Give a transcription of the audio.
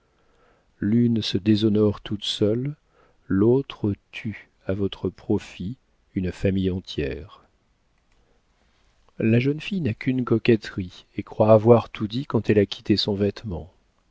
l'une se déshonore toute seule l'autre tue à votre profit une famille entière la jeune fille n'a qu'une coquetterie et croit avoir tout dit quand elle a quitté son vêtement